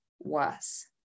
worse